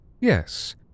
Yes